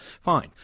Fine